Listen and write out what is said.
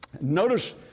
Notice